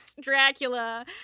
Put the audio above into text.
Dracula